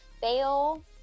fail